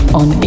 on